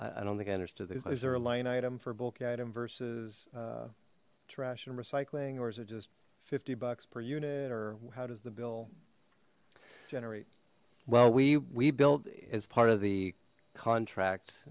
rate i don't think i understood this is there a line item for bulk item versus trash and recycling or is it just fifty bucks per unit or how does the bill generate well we we built as part of the contract